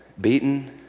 beaten